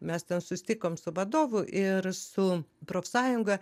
mes ten susitikom su vadovu ir su profsąjunga